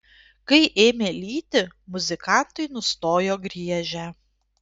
kai ėmė lyti muzikantai nustojo griežę